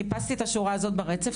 חיפשתי את השורה הזאת ברצף.